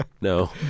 No